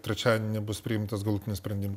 trečiadienį bus priimtas galutinis sprendimas